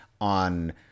on